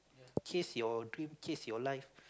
chase your dream chase your life